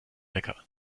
wecker